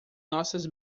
nossas